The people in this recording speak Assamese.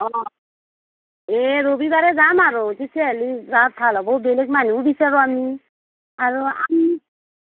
অঁ ৰবিবাৰে যাম আৰু তেতিয়া হ'লে যোৱা ভাল হ'ব বেলেগ মানুহো বিচাৰোঁ আমি আৰু আমি